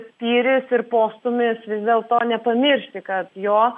spyris ir postūmis vis dėlto nepamiršti kad jo